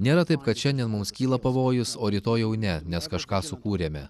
nėra taip kad šiandien mums kyla pavojus o rytoj jau ne nes kažką sukūrėme